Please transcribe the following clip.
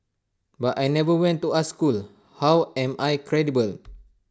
but I never went to art school how am I credible